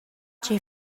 tgei